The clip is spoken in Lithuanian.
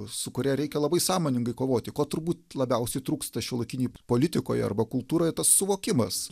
su kuria reikia labai sąmoningai kovoti ko turbūt labiausiai trūksta šiuolaikinėj politikoje arba kultūroje tas suvokimas